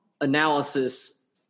analysis